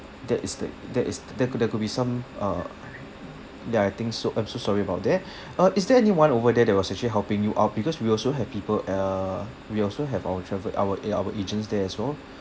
that is the that is there could there could be some uh ya I think so I'm so sorry about that uh is there anyone over there that was actually helping you out because we also have people uh we also have our travel our a~ our agents there as well